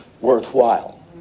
worthwhile